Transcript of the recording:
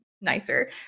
nicer